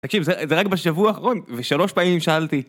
תקשיב, זה רק בשבוע האחרון, ושלוש פעמים שאלתי.